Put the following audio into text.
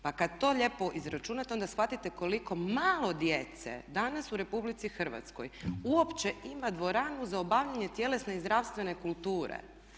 Pa kad to lijepo izračunate onda shvatite koliko malo djece danas u RH uopće ima dvoranu za obavljanje tjelesne i zdravstvene kulture.